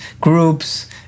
groups